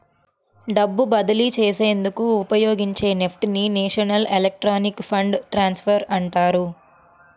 డబ్బు బదిలీ చేసేందుకు ఉపయోగించే నెఫ్ట్ ని నేషనల్ ఎలక్ట్రానిక్ ఫండ్ ట్రాన్స్ఫర్ అంటారు